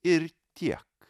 ir tiek